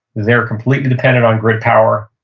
they're completely dependent on grid power,